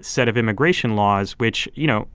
set of immigration laws which, you know,